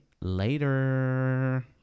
Later